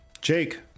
Jake